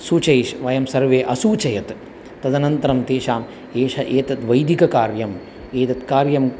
सूचयित्वा वयं सर्वे असूचयत् तदनन्तरं तेषाम् एषः एतद् वैदिककार्यम् एतद् कार्यं